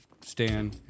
Stan